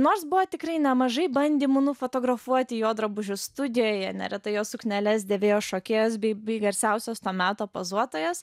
nors buvo tikrai nemažai bandymų nufotografuoti jo drabužius studijoje neretai jo sukneles dėvėjo šokėjos bei bei garsiausios to meto pozuotojos